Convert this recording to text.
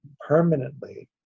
permanently